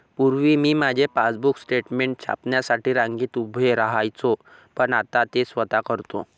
पूर्वी मी माझे पासबुक स्टेटमेंट छापण्यासाठी रांगेत उभे राहायचो पण आता ते स्वतः करतो